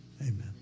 amen